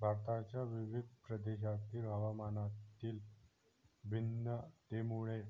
भारताच्या विविध प्रदेशांतील हवामानातील भिन्नतेमुळे